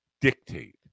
dictate